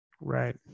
right